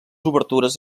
obertures